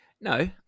No